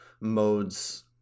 modes